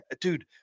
Dude